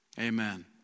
Amen